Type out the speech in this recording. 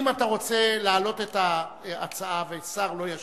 אם אתה רוצה להעלות את ההצעה ושר לא ישיב,